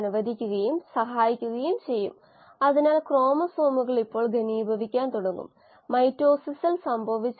ഗ്ലൂക്കോസിനുള്ള വളരെ സാധാരണമായ ബദലുകൾ നിങ്ങൾക്കറിയാവുന്ന അന്നജമാണ് നിങ്ങൾക്കറിയാവുന്ന അതേ അന്നജം